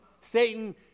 Satan